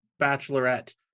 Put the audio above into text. bachelorette